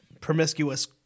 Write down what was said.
promiscuous